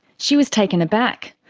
she was taken aback.